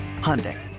Hyundai